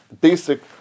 basic